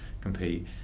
compete